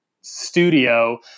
studio